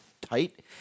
tight